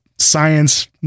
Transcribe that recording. science